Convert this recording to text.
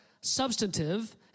substantive